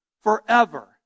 forever